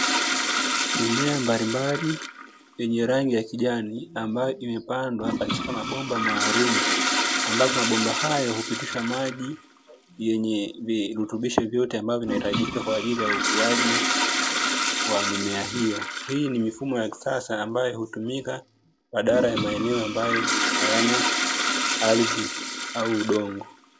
Mimea mbalimbali yenye rangi ya kijani, ambayo imepandwa katika mabomba maalumu ambapo mabomba hayo hupitisha maji yenye virutubisha vyote, ambavyo vinavyohitajika kwa ajili ya ukuaji wa mimea hiyo, hii ni mifumo ya kisasa ambayo hutumika badalaa ya maeneo ambayo hayana ardhi au udongo.